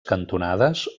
cantonades